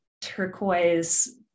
turquoise